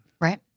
Right